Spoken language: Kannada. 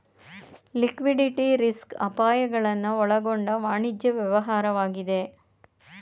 ಲಿಕ್ವಿಡಿಟಿ ರಿಸ್ಕ್ ಅಪಾಯಗಳನ್ನು ಒಳಗೊಂಡ ವಾಣಿಜ್ಯ ವ್ಯವಹಾರವಾಗಿದೆ